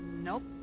nope.